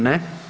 Ne.